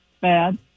bad